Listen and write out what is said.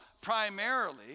primarily